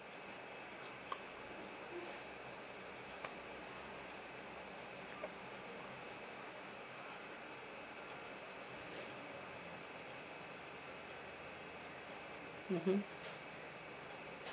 mmhmm